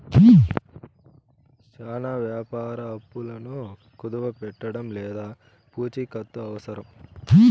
చానా వ్యాపార అప్పులను కుదవపెట్టడం లేదా పూచికత్తు అవసరం